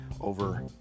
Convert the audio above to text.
over